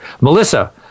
Melissa